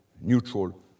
neutral